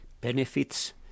benefits